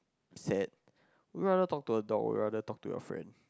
sad would you rather talk to a dog or would you rather talk to your friend